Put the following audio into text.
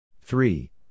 Three